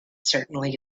certainly